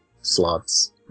Slots